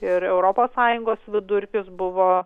ir europos sąjungos vidurkis buvo